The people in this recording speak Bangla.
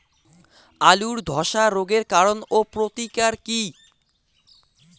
আলুর ধসা রোগের কারণ ও প্রতিকার কি?